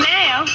now